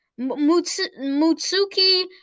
Mutsuki